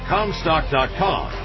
Comstock.com